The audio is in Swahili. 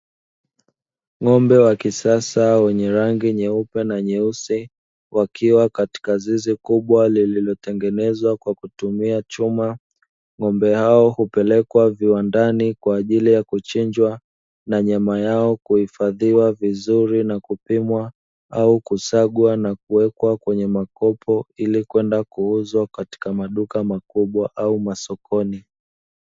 Ng’ombe wa kisasa wenye rangi nyepe na nyeusi, wakiwa katika zizi kubwa lililotengenezwa kwa kutumia chuma. Ng’ombe hao hupelekwa viwandani kwa ajili ya kuchinjwa na nyama yao kuhifadhiwa vizuri na kupimwa au kusagwa, na kuwekwa kwenye makopo ili kwenda kuuzwa kwenye maduka makubwa au masokoni.